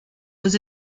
was